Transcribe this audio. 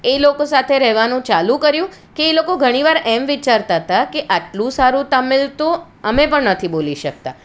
એ લોકો સાથે રહેવાનું ચાલુ કર્યું કે એ લોકો ઘણી વાર એમ વિચારતા તા કે આટલું સારું તમિલ તો અમે પણ નથી બોલી શકતા